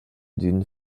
d’une